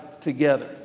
together